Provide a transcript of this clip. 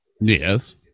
Yes